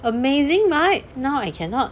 amazing right now I cannot